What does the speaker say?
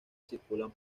circulan